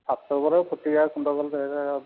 ଛାତ ଉପରେ ଛୋଟିଆ କୁଣ୍ଡ କଲେ